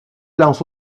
lance